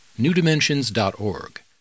newdimensions.org